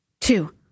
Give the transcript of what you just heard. two